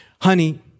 honey